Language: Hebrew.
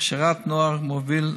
בהכשרת נוער מוביל,